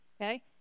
okay